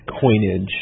coinage